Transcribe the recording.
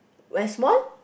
West Mall